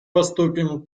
поступим